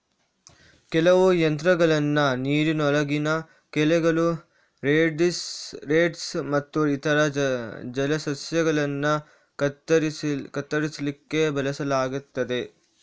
ಕೆಲವು ಯಂತ್ರಗಳನ್ನ ನೀರಿನೊಳಗಿನ ಕಳೆಗಳು, ರೀಡ್ಸ್ ಮತ್ತು ಇತರ ಜಲಸಸ್ಯಗಳನ್ನ ಕತ್ತರಿಸ್ಲಿಕ್ಕೆ ಬಳಸಲಾಗ್ತದೆ